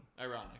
Ironic